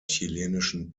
chilenischen